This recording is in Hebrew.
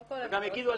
קודם כל אני שמחה לשמוע,